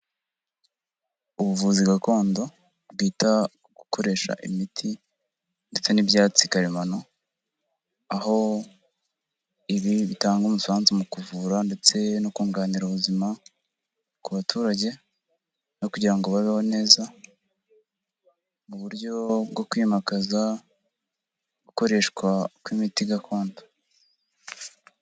Ubuvuzi gakondo bwita gukoresha imiti ndetse n'ibyatsi karemano, aho ibi bitanga umusanzu mu kuvura ndetse no kunganira ubuzima ku baturage no kugira ngo babeho neza mu buryo bwo kwimakaza gukoreshwa kw'imiti gakondo.